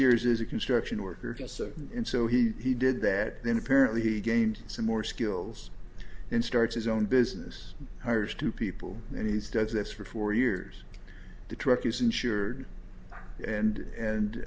years is a construction worker can so and so he did that then apparently he gained some more skills and starts his own business hires two people and he's does this for four years the truck is insured and and